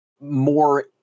more